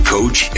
Coach